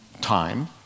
time